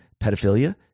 pedophilia